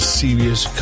serious